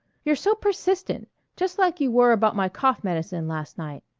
you're so persistent just like you were about my cough medicine last night.